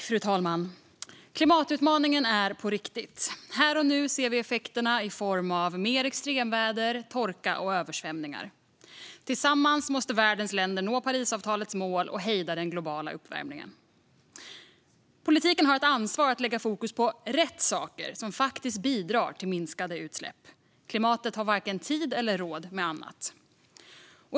Fru talman! Klimatutmaningen är på riktigt. Här och nu ser vi effekterna i form av mer extremväder, torka och översvämningar. Tillsammans måste världens länder nå Parisavtalets mål och hejda den globala uppvärmningen. Politiken har ett ansvar att lägga fokus på rätt saker, som faktiskt bidrar till minskade utsläpp. Klimatet har varken tid eller råd med annat.